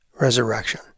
resurrection